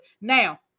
now